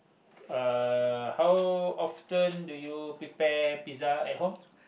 uh how often do you prepare pizza at home